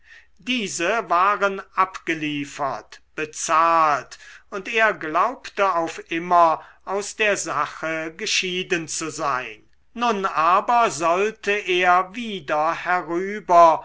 diese waren abgeliefert bezahlt und er glaubte auf immer aus der sache geschieden zu sein nun aber sollte er wieder herüber